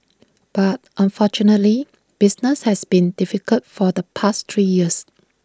but unfortunately business has been difficult for the past three years